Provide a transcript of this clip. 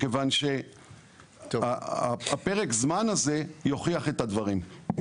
מכיוון שפרק הזמן הזה יוכיח את הדברים.